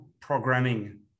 programming